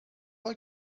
بار